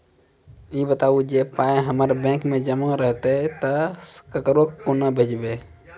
ई बताऊ जे पाय हमर बैंक मे जमा रहतै तऽ ककरो कूना भेजबै?